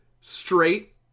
straight